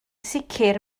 sicr